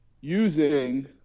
using